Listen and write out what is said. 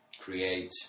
create